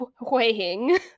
weighing